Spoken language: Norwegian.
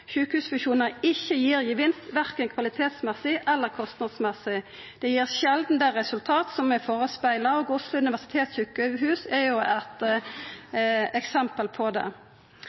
ikkje gir vinst korkje når det gjeld kvalitet eller kostnad. Det gir sjeldan det resultatet som er førespegla, og Oslo universitetssjukehus er eit eksempel på det.